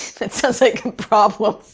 that sounds like a problem.